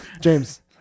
James